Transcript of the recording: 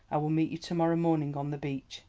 i will meet you to-morrow morning on the beach.